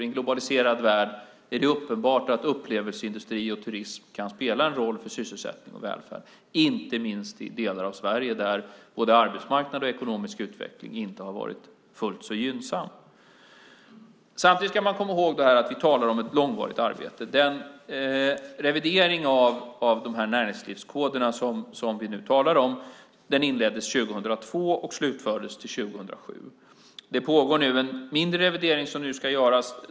I en globaliserad värld är det uppenbart att upplevelseindustri och turism kan spela en roll för sysselsättning och välfärd, inte minst i delar av Sverige där varken arbetsmarknad eller ekonomisk utveckling har varit fullt så gynnsamma. Samtidigt ska man komma ihåg att vi talar om ett långvarigt arbete. Den revidering av de här näringsgrenskoderna som vi nu talar om inleddes 2002 och slutfördes till 2007. En mindre revidering ska nu göras.